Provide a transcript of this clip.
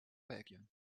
belgien